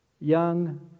young